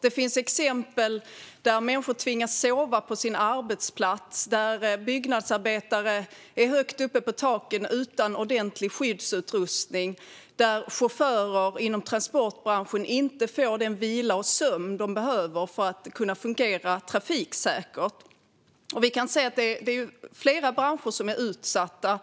Det finns exempel där människor tvingas sova på sin arbetsplats, där byggnadsarbetare befinner sig högt upp på taken utan ordentlig skyddsutrustning eller där chaufförer inom transportbranschen inte får den vila och sömn de behöver för att fungera trafiksäkert. Vi kan se att det är flera branscher som är utsatta.